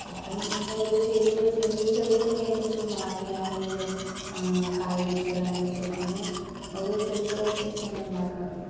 അപ്പം ഞങ്ങൾ ഓരോ ചേരുവകൾ ചേർത്ത് ചെറിയ ചെറിയ ഐറ്റംസ് ഇപ്പോൾ മാഗി ആണെങ്കിലും കായ പൊരിച്ചത് ആണെങ്കിലും അങ്ങനെ ഓരോ ചെറിയ ചെറിയ ഐറ്റംസ് ഞങ്ങൾ ഉണ്ടാക്കാറുണ്ട്